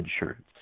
insurance